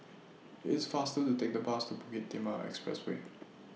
It's faster to Take The Bus to Bukit Timah Expressway